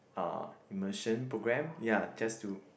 uh immersion program ya just to